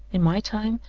in my time,